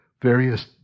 various